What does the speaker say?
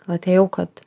atėjau kad